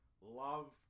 love